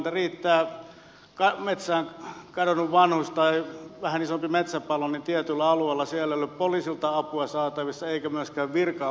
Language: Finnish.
riittää metsään kadonnut vanhus tai vähän isompi metsäpalo niin tietyillä alueilla ei ole poliisilta apua saatavissa eikä myöskään virka apua puolustusvoimilta